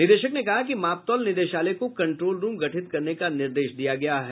निदेशक ने कहा कि माप तौल निदेशालय को कंट्रोल रूम गठित करने का निर्देश दिया गया है